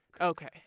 Okay